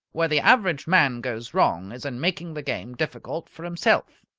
where the average man goes wrong is in making the game difficult for himself.